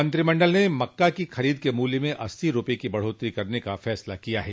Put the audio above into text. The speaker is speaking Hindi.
मंत्रिमंडल ने मक्का की खरीद के मूल्य में अस्सी रूपये की बढ़ोत्तरी करने का फैसला किया है